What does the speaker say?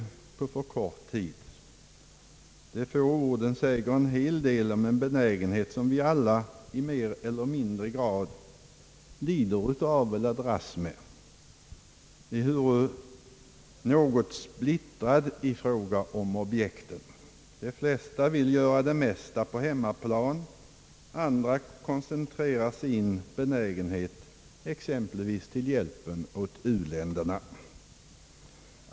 De få citerade orden säger en hel del om en benägenhet vi alla mer eller mindre dras med eller lider av, ehuru något splittrad i fråga om objekten. De flesta vill göra det mesta på hemmaplan, andra koncentrerar sin benägenhet till exempelvis hjälpen åt u-länderna.